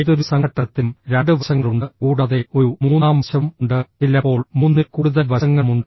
ഏതൊരു സംഘട്ടനത്തിലും രണ്ട് വശങ്ങളുണ്ട് കൂടാതെ ഒരു മൂന്നാം വശവും ഉണ്ട് ചിലപ്പോൾ മൂന്നിൽ കൂടുതൽ വശങ്ങളുമുണ്ട്